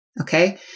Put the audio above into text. Okay